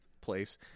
place